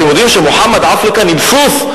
אתם יודעים שמוחמד עף לכאן עם סוס?